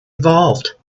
evolved